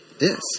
Yes